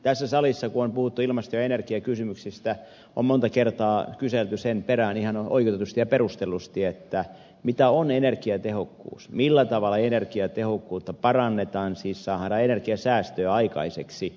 tässä salissa kun on puhuttu ilmasto ja energiakysymyksistä on monta kertaa kyselty sen perään ihan oikeutetusti ja perustellusti mitä on energiatehokkuus millä tavalla energiatehokkuutta parannetaan siis saadaan energiansäästöä aikaiseksi